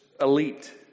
elite